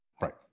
Right